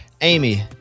Amy